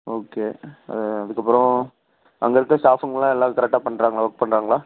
okay அது அதுக்கப்புறம் அங்கே இருக்கிற ஸ்டாஃபுங்கள்லாம் எல்லாம் கரெக்டாக பண்ணுறாங்களா ஒர்க் பண்ணுறாங்களா